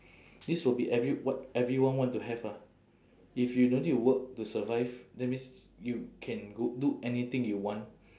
this will be every~ what everyone want to have ah if you don't need to work to survive that means you can go do anything you want